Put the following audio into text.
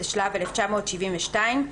התשל"ב 1972 ,